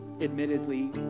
Admittedly